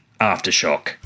Aftershock